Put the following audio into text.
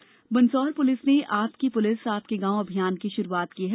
police अभियान Mandsaur police ने आपकी पुलिस आपके गांव अभियान की शुरुआत की है